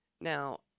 Now